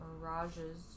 mirages